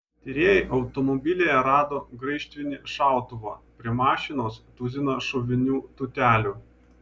tyrėjai automobilyje rado graižtvinį šautuvą prie mašinos tuziną šovinių tūtelių